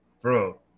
bro